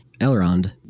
Elrond